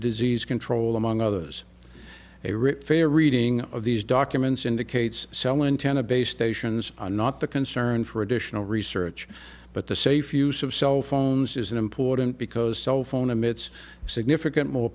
disease control among others a rich fair reading of these documents indicates sellon ten a base stations are not the concern for additional research but the safe use of cell phones is important because cell phone emits significant more